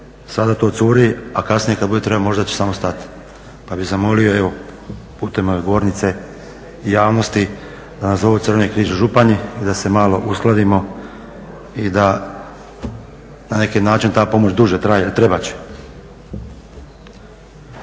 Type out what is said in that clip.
Sada to curi a kasnije kada bude trebalo možda će samo stat. Pa bi zamolio, evo putem ove govornice i javnosti da nazovu Crveni križ u Županji i da se malo uskladimo i da na neki način ta pomoć duže traje, trebat će.